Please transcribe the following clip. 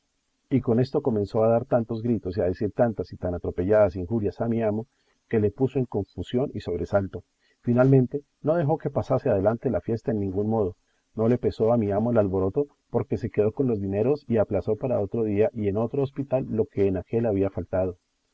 y con esto comenzó a dar tantos gritos y a decir tantas y tan atropelladas injurias a mi amo que le puso en confusión y sobresalto finalmente no dejó que pasase adelante la fiesta en ningún modo no le pesó a mi amo del alboroto porque se quedó con los dineros y aplazó para otro día y en otro hospital lo que en aquél había faltado